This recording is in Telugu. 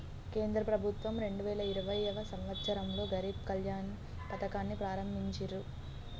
కేంద్ర ప్రభుత్వం రెండు వేల ఇరవైయవ సంవచ్చరంలో గరీబ్ కళ్యాణ్ పథకాన్ని ప్రారంభించిర్రు